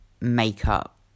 makeup